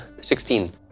Sixteen